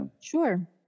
sure